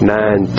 nine